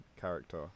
character